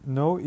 no